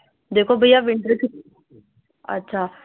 دیکھو بھیا اچھا